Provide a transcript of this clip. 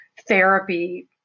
therapy